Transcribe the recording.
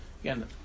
again